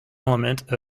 element